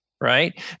right